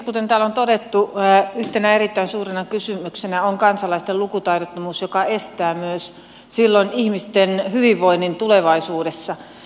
kuten täällä on todettu yhtenä erittäin suurena kysymyksenä on kansalaisten lukutaidottomuus joka estää myös silloin ihmisten hyvinvoinnin tulevaisuudessa